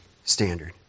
standard